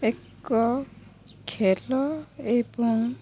ଏକ ଖେଲ ଏବଂ